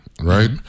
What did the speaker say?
right